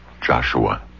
Joshua